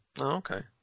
Okay